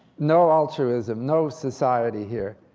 no altruism no society here.